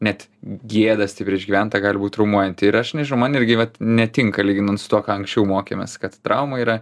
net gėda stipriai išgyventa gali būt traumuojanti ir aš nežinau man irgi vat netinka lyginant su tuo ką anksčiau mokėmės kad trauma yra